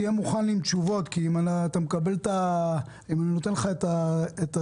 תהיה מוכן עם תשובות כי אני נותן לך את הסמכות,